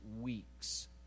weeks